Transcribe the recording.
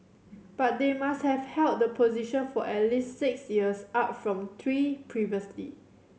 but they must have held the position for at least six years up from three previously